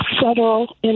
federal